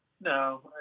No